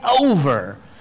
over